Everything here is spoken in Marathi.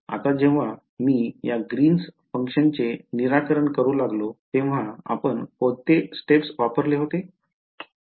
आता जेव्हा मी या ग्रीन फंक्शनचे निराकरण करू लागलो तेव्हा आपण कोणते स्टेप्स वापरले